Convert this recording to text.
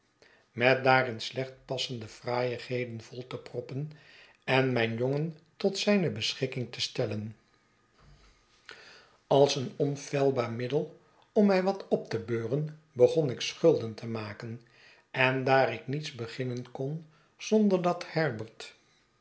met daarin slecht passende fraaiigheden vol te proppen en mijn jongen tot zijne beschikking te stellen als een onfeilbaar middel om mij wat op te beuren begon ik schulden te maken en daar ik niets beginnen kon zonder dat herbert